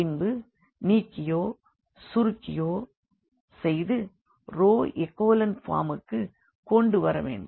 பின்பு நீக்கியோ சுருக்கியோ செய்து ரோ எக்கோலன் பார்முக்கு கொண்டு வரவேண்டும்